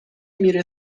میره